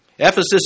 Ephesus